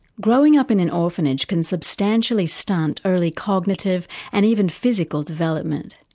growing up in an orphanage can substantially stunt early cognitive and even physical development.